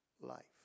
Life